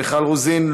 מיכל רוזין,